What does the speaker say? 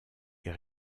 est